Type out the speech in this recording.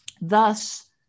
Thus